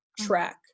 track